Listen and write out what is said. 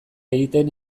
egiten